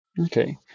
Okay